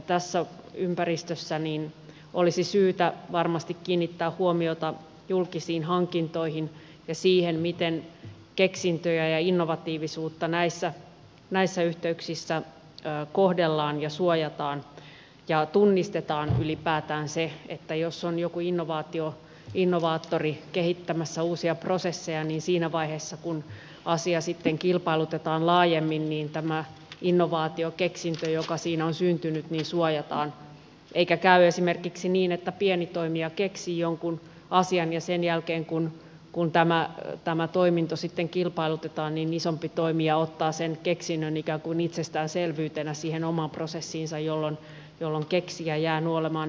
tässä ympäristössä olisi syytä varmasti kiinnittää huomiota julkisiin hankintoihin ja siihen miten keksintöjä ja innovatiivisuutta näissä yhteyksissä kohdellaan ja suojataan ja tunnistetaan ylipäätään se että jos on joku innovaattori kehittämässä uusia prosesseja niin siinä vaiheessa kun asia sitten kilpailutetaan laajemmin tämä innovaatiokeksintö joka siinä on syntynyt suojataan eikä käy esimerkiksi niin että pieni toimija keksii jonkun asian ja sen jälkeen kun tämä toiminto sitten kilpailutetaan isompi toimija ottaa sen keksinnön ikään kuin itsestäänselvyytenä siihen omaan prosessiinsa jolloin keksijä jää nuolemaan näppejään